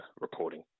reporting